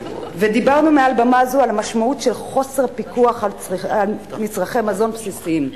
ודיברנו מעל במה זו על המשמעות של חוסר פיקוח על מצרכי מזון בסיסיים.